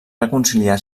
reconciliar